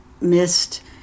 missed